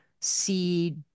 see